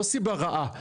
לא סיבה רעה.